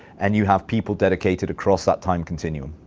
and you have people dedicated across that time continuum.